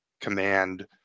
command